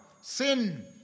Sin